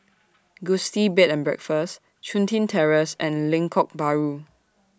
Gusti Bed and Breakfast Chun Tin Terrace and Lengkok Bahru